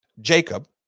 Jacob